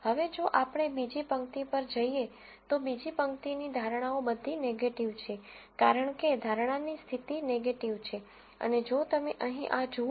હવે જો આપણે બીજી પંક્તિ પર જઈએ તો બીજી પંક્તિની ધારણાઓ બધી નેગેટીવ છે કારણ કે ધારણાની સ્થિતિ નેગેટીવ છે અને જો તમે અહીં આ જુઓ